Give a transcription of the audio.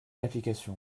d’application